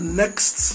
next